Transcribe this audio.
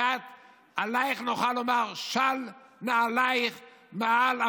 ועלייך נוכל לומר: שלי נעלייך מעל,